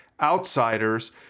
outsiders